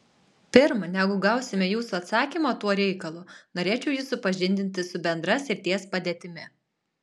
pirm negu gausime jūsų atsakymą tuo reikalu norėčiau jus supažindinti su bendra srities padėtimi